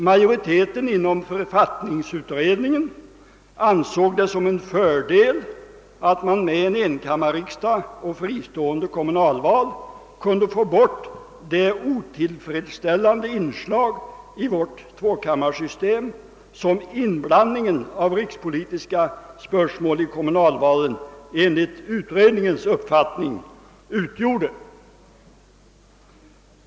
Majoriteten inom = författningsutredningen ansåg det vara en fördel att man med en enkammarriksdag och fristående kommunalval kunde få bort det otillfredsställande inslag i vårt tvåkammarsystem som inblandningen av rikspolitiska spörsmål i kommunalvalen enligt utredningens uppfattning utgjorde.